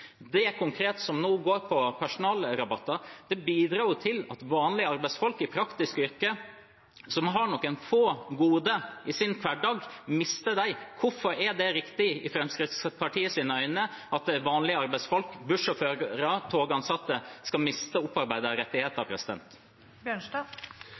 nå konkret går på personalrabatter, bidrar til at vanlige arbeidsfolk i praktiske yrker, som har noen få goder i sin hverdag, mister dem. Hvorfor er det riktig i Fremskrittspartiets øyne at vanlige arbeidsfolk, som bussjåfører og togansatte, skal miste opparbeidede rettigheter?